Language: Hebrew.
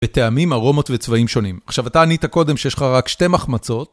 בטעמים ארומות וצבעים שונים. עכשיו, אתה ענית קודם שיש לך רק שתי מחמצות.